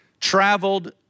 traveled